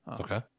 Okay